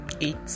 eight